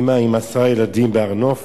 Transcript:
אמא עם עשרה ילדים בהר-נוף